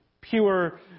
pure